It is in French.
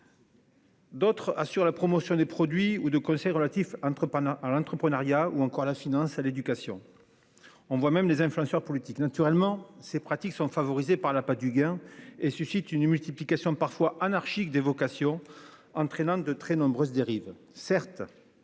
D'autres assurent la promotion des produits ou de conseils, relatifs entre à l'entreprenariat ou encore la finance à l'éducation. On voit même des influenceurs politique naturellement, ces pratiques sont favorisés par l'appât du gain et suscite une multiplication parfois anarchique des vocations entraînant de très nombreuses dérives